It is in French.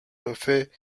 refaits